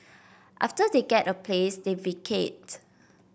after they get a place they vacate